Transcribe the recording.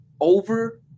over